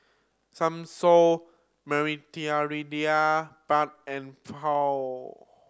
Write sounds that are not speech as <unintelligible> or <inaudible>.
Samosa <unintelligible> Penne and Pho